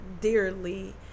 dearly